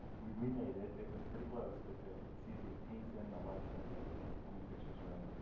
we we made it. it was pretty close. but you can see the paint's in, the lights are in, the plumbing fixtures are in.